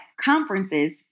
conferences